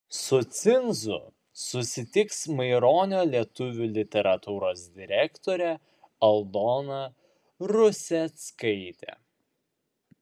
su cinzu susitiks maironio lietuvių literatūros direktorė aldona ruseckaitė